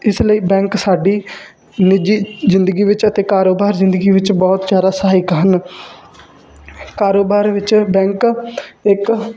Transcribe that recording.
ਇਸ ਲਈ ਬੈਂਕ ਸਾਡੀ ਨਿੱਜੀ ਜ਼ਿੰਦਗੀ ਵਿੱਚ ਅਤੇ ਕਾਰੋਬਾਰ ਜ਼ਿੰਦਗੀ ਵਿੱਚ ਬਹੁਤ ਜ਼ਿਆਦਾ ਸਹਾਇਕ ਹਨ ਕਾਰੋਬਾਰ ਵਿੱਚ ਬੈਂਕ ਇੱਕ